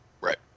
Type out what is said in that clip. Right